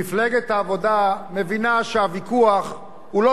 מפלגת העבודה מבינה שהוויכוח הוא לא